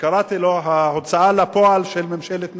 "ההוצאה לפועל של ממשלת נתניהו".